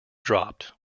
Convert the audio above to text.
dropped